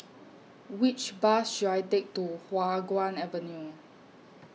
Which Bus should I Take to Hua Guan Avenue